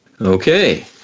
Okay